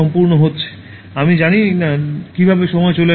আমি জানি না কীভাবে সময় চলে গেল